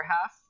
half